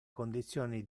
condizioni